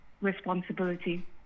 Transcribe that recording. responsibility